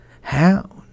hound